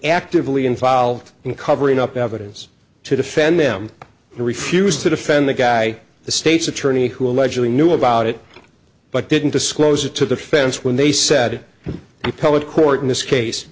actively involved in covering up evidence to defend them who refused to defend the guy the state's attorney who allegedly knew about it but didn't disclose it to defense when they said it appellate court in this case